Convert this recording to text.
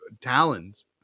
talons